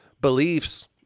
beliefs